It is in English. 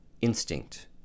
instinct